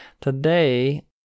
Today